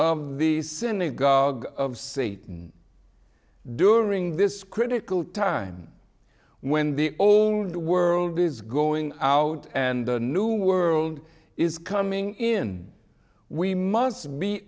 of the synagogue of satan during this critical time when the old world is going out and a new world is coming in we must be